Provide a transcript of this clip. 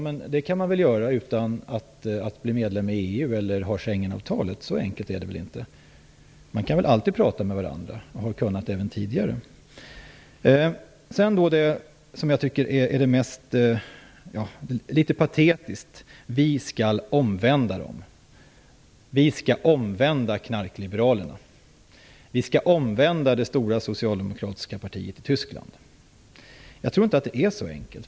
Men det kan de väl göra utan att man blir medlem i EU eller ansluter sig till Schengenavtalet. Så enkelt är det väl inte. Man kan väl alltid prata med varandra, och det har man väl kunnat även tidigare. Det som är litet patetiskt är attityden att vi skall omvända dem. Vi skall omvända knarkliberalerna och det stora socialdemokratiska partiet i Tyskland. Jag tror inte att det är så enkelt.